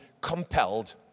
Compelled